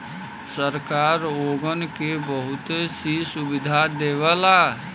सरकार ओगन के बहुत सी सुविधा देवला